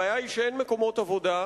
הבעיה היא שאין מקומות עבודה,